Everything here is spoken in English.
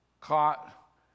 caught